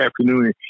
afternoon